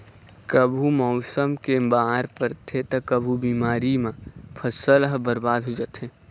कभू मउसम के मार परथे त कभू बेमारी म फसल ह बरबाद हो जाथे